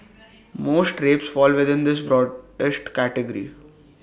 most rapes fall within this broadest category